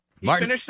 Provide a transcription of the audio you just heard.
Martin